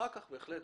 אחר כך, בהחלט.